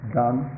done